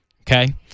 okay